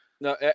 No